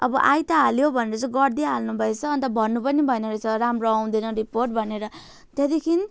अब आई त हाल्यो भनेर चाहिँ गरिदिई हाल्नुभएछ अन्त भन्नु पनि भएन रहेछ राम्रो आउँदैन रिपोर्ट भनेर त्यहाँदेखि